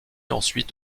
ensuite